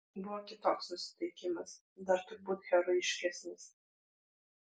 buvo kitoks nusiteikimas dar turbūt herojiškesnis